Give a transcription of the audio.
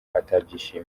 atabyishimiye